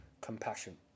Compassion